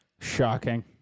Shocking